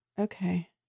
Okay